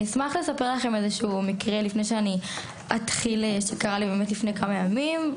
אני אשמח לספר לכם על איזשהו מקרה שקרה לי לפני כמה ימים.